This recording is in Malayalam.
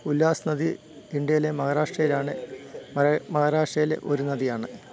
ഉല്ലാസ് നദി ഇന്ത്യയിലെ മഹാരാഷ്ട്രയിലാണ് അത് മഹാരാഷ്ട്രയിലെ ഒരു നദിയാണ്